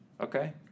Okay